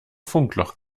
funkloch